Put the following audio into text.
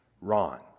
Ron